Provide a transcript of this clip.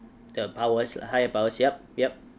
the powers higher powers yup yup